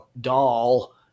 doll